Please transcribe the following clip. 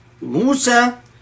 Musa